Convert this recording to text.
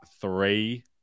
three